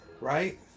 right